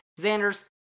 xander's